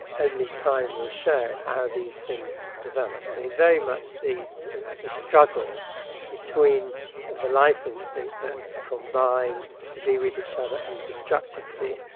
only time will show how these things develop. so he very much sees the struggle between the life instincts, that's to combine to be with each other, and destructivity,